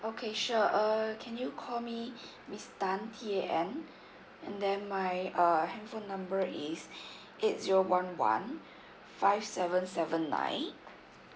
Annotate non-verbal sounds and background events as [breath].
okay sure uh can you call me [breath] miss tan T A N and then my uh handphone number is [breath] eight zero one one five seven seven nine